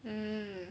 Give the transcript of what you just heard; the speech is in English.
mmhmm